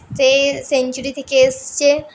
সে century থেকে এসেছে